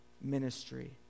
ministry